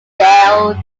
jailed